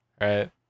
Right